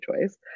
choice